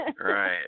Right